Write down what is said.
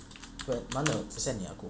err mana percent yang